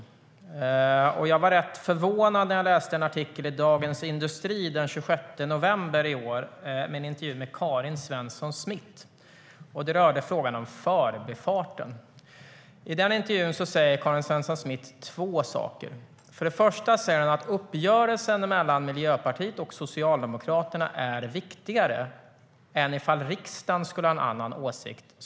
Jag var rätt förvånad när jag läste en artikel i Dagens Industri den 26 november i år. Det var en intervju med Karin Svensson Smith och rörde frågan om Förbifarten.I den intervjun säger Karin Svensson Smith två saker. För det första säger hon att uppgörelsen mellan Miljöpartiet och Socialdemokraterna är viktigare än ifall riksdagen skulle ha en annan åsikt.